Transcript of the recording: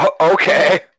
Okay